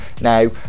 Now